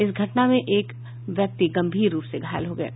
इस घटना में एक अन्य व्यक्ति गंभीर रूप से घायल हो गये